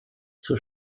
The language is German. zur